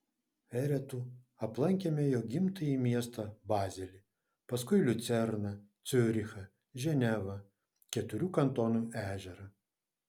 eretu aplankėme jo gimtąjį miestą bazelį paskui liucerną ciurichą ženevą keturių kantonų ežerą